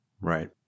Right